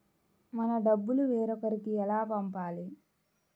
మన డబ్బులు వేరొకరికి ఎలా పంపాలి?